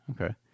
okay